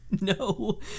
No